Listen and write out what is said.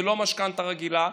ולא משכנתה רגילה,